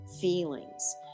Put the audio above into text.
feelings